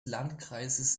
landkreises